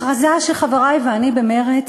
הכרזה שחברי ואני במרצ